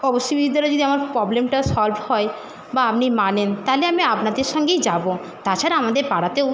যদি আমার প্রবলেমটা সলভ হয় বা আপনি মানেন তাহলে আমি আপনাদের সঙ্গেই যাবো তাছাড়া আমাদের পাড়াতেও